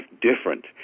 different